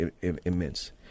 immense